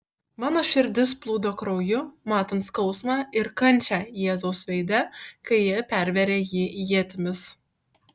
mano širdis plūdo krauju matant skausmą ir kančią jėzaus veide kai jie pervėrė jį ietimis